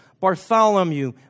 Bartholomew